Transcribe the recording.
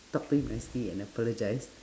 talk to him nicely and apologise